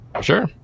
Sure